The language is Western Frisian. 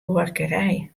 buorkerij